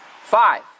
Five